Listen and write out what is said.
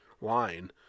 line